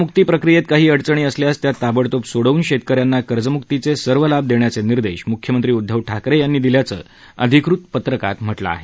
कर्जमुक्ती प्रक्रियेत काही अडचणी असल्यास त्या ताबडतोब सोडवून शेतकऱ्यांना कर्जमुक्तीचे सर्व लाभ देण्याचे निर्देश मुख्यमंत्री उद्धव ठाकरे यांनी दिल्याचं अधिकृत पत्रकात म्हटलं आहे